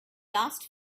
asked